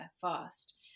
fast